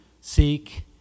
seek